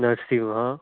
नरशिंव